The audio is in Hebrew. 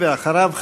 ואחריו,